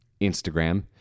Instagram